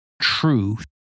truth